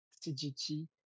CGT